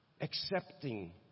accepting